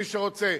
מי שרוצה.